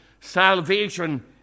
salvation